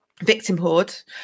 victimhood